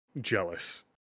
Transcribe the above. jealous